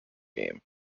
game